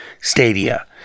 Stadia